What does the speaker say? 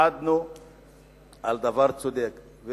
התאחדנו על דבר צודק.